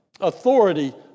authority